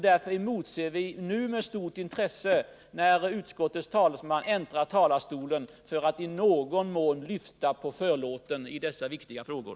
Därför motser vi med stort intresse om utskottets talesman, när han nu äntrar talarstolen, i någon mån skall lyfta på förlåten i dessa viktiga frågor.